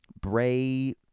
Bray